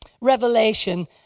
Revelation